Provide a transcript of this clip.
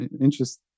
interesting